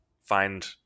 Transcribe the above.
find